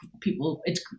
people—it's